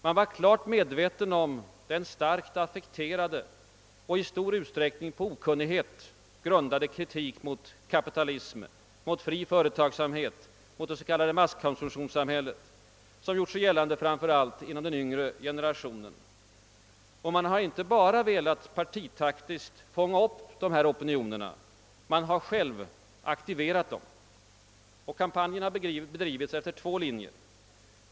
Man var klart medveten om den starkt affekterade och i stor utsträckning på okunnighet grundade kritik mot kapitalismen, mot fri företagsamhet, mot det så kallade masskonsumtionssamhället, som gjort sig gällande framför allt inom den unga generationen, och man har inte bara partitaktiskt velat fånga upp dessa opinioner — man har själv aktiverat dem. Kampanjen har bedrivits efter två linjer.